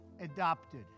adopted